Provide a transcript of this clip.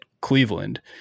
Cleveland